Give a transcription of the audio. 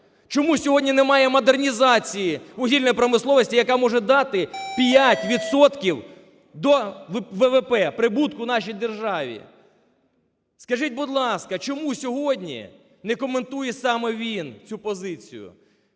Чому сьогодні немає модернізації вугільної промисловості, яка може дати 5 відсотків до ВВП прибутку нашій державі? Скажіть, будь ласка, чому сьогодні не коментує саме він цю позицію?